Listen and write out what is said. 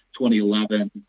2011